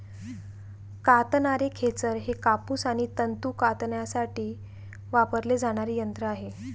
कातणारे खेचर हे कापूस आणि तंतू कातण्यासाठी वापरले जाणारे यंत्र आहे